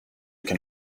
can